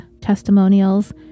testimonials